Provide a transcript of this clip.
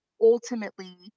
ultimately